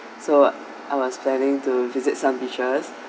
so I was planning to visit some beaches